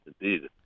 indeed